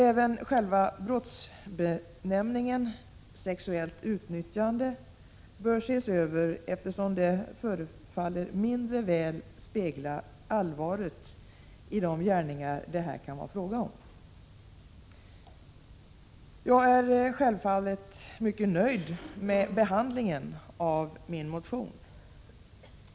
Även själva brottsbenämningen sexuellt utnyttjande bör ses över, eftersom den förefaller mindre väl spegla allvaret i de gärningar det här kan vara fråga om. Jag är självfallet mycket nöjd med behandlingen av min motion.